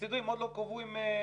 סבסדו כי הם עוד לא קבעו עם החברות.